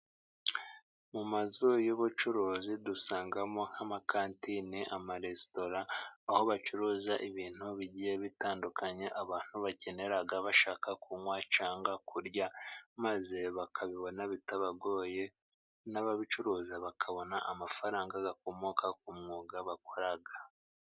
Mu mazu y'ubucuruzi dusangamo nk'amakantine, amaresitora, aho bacuruza ibintu bigiye bitandukanye, abantu bakenera bashaka kunywa, cyangwa kurya, maze bakabibona bitabagoye, n'ababicuruza bakabona amafaranga akomoka ku mwuga bakora.